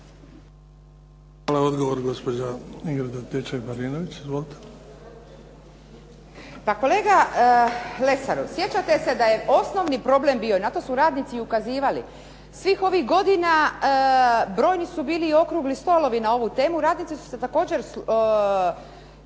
Marinović. **Antičević Marinović, Ingrid (SDP)** Pa kolega Lesaru, sjećate se da je osnovni problem bio, na to su radnici ukazivali svih ovih godina, brojni su bili okrugli stolovi na ovu temu, radnici su se također